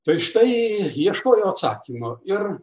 tai štai ieškojau atsakymo ir